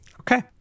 Okay